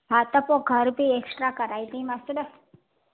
हा त पो घरु बि एक्सट्रा कराईंदीमांसि न